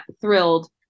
thrilled